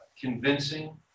convincing